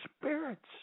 spirits